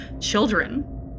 children